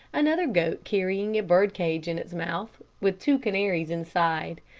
another goat carrying a birdcage in its mouth with two canaries inside,